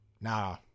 Nah